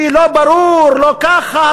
כי לא ברור, לא ככה.